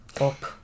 up